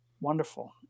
wonderful